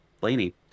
Blaney